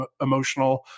emotional